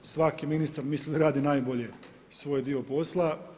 Svaki ministar, mislim da radi najbolje svoj dio posla.